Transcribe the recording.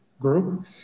group